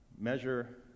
measure